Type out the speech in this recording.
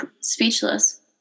speechless